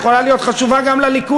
היא יכולה להיות חשובה גם לליכוד.